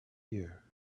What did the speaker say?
ear